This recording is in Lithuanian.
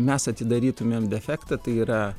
mes atidarytumėm defektą tai yra